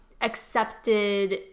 accepted